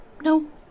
No